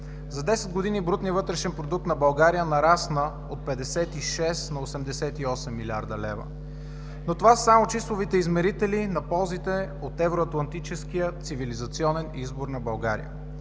за 10 години брутният вътрешен продукт на България нарасна от 56 на 88 млрд. лв., но това са само числовите измерители на ползите от евроатлантическия цивилизационен избор на България.